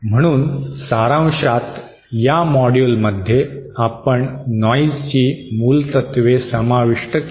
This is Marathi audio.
म्हणून सारांशात या मॉड्यूलमध्ये आपण नॉइजची मूलतत्त्वे समाविष्ट केली